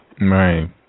Right